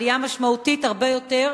עלייה משמעותית הרבה יותר: